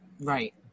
Right